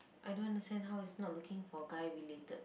I don't understand how is not looking for a guy related